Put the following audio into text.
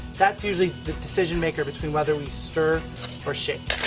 that's usually the decision maker between whether we stir or shake.